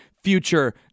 future